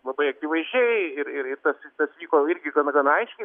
labai akivaizdžiai ir ir tas tas vyko irgi gana gana aiškiai